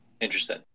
Interesting